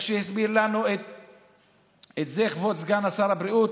כפי שהסביר לנו כבוד סגן שר הבריאות